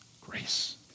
grace